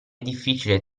difficile